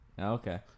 Okay